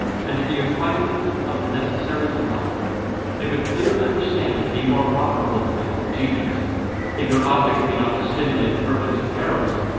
and to the acquirement of the necessaries of life if a clear understanding be more profitable to man than genius if your object be not to stimulate the virtues of heroism,